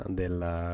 della